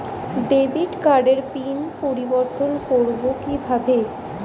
Debit কার্ডের pin পরিবর্তন করবো কীভাবে?